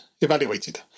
evaluated